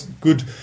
good